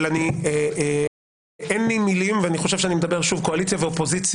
אבל אני אין לי מילים ואני חושב שאני מדבר שוב קואליציה ואופוזיציה,